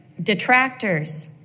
detractors